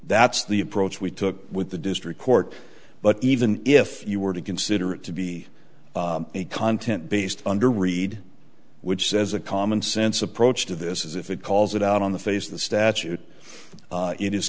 that's the approach we took with the district court but even if you were to consider it to be a content based under read which says a commonsense approach to this is if it calls it out on the face of the statute